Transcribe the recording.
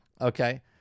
okay